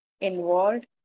involved